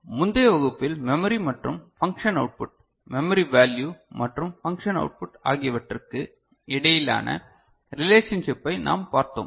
எனவே முந்தைய வகுப்பில் மெமரி மற்றும் பன்க்ஷன் அவுட்புட் மெமரி வேல்யு மற்றும் பன்க்ஷன் அவுட்புட் ஆகியவற்றுக்கு இடையிலான ரிலேஷன்ஷிப்பை நாம் பார்த்தோம்